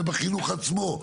ובחינוך עצמו.